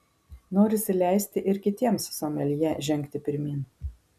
norisi leisti ir kitiems someljė žengti pirmyn